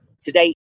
today